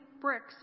bricks